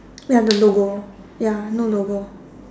we have the logo ya no logo